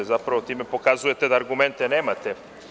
Zapravo, time pokazujete da argumente nemate.